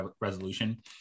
resolution